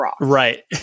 Right